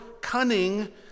cunning